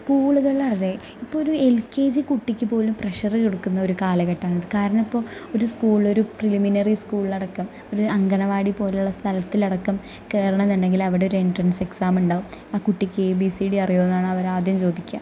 സ്കൂളുകളിൽ അതെ ഇപ്പോൾ ഒരു എൽ കെ ജി കുട്ടിക്കുപോലും പ്രഷർ കൊടുക്കുന്നൊരു കാലഘട്ടം ആണ് കാരണം ഇപ്പം ഒരു സ്കൂൾ ഒരു പ്രിലിമിനറി സ്കൂളിലടക്കം ഒരു അങ്കണവാടി പോലുള്ള സ്ഥലത്തിലടക്കം കയറണം എന്നുണ്ടെങ്കിൽ അവിടെ ഒരു എൻട്രൻസ് എക്സാം ഉണ്ടാവും ആ കുട്ടിക്ക് എ ബി സി ഡി അറിയുമോ എന്നാണ് അവർ ആദ്യം ചോദിക്കുക